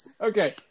Okay